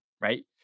Right